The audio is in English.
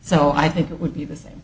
so i think it would be the same